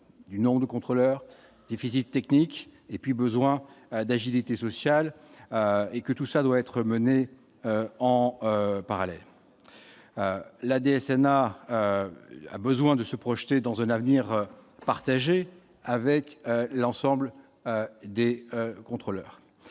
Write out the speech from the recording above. du nombre de contrôleurs des physique techniques et puis besoin d'agilité social et que tout ça doit être menée en parallèle, la DSN a il a besoin de se projeter dans un avenir partager avec l'ensemble des contrôleurs